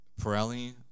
Pirelli